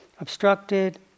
obstructed